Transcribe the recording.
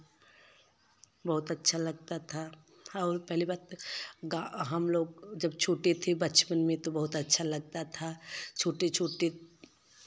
बहुत अच्छा लगता था और पहली बार तो गा हम लोग जब छोटे थे बचपन में तो बहुत अच्छा लगता था छोटे छोटे